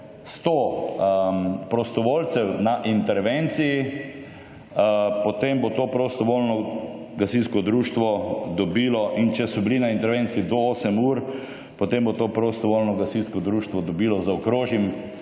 sto prostovoljcev na intervenciji, potem bo to prostovoljno gasilsko društvo dobilo in če so bili na intervenciji do 8 ur, potem bo to prostovoljno gasilsko društvo dobilo zaokrožim